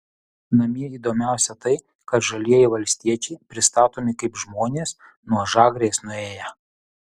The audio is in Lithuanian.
namie įdomiausia tai kad žalieji valstiečiai pristatomi kaip žmonės nuo žagrės nuėję